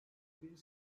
bir